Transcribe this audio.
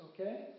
Okay